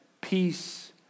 Peace